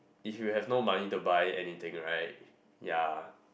if you have no money to buy anything right ya